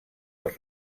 els